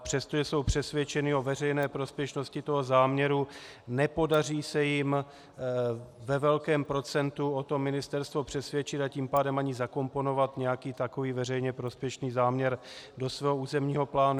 Přestože jsou přesvědčeny o veřejné prospěšnosti záměru, nepodaří se jim ve velkém procentu o tom ministerstvo přesvědčit, a tím pádem ani zakomponovat nějaký takový veřejně prospěšný záměr do svého územního plánu.